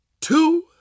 two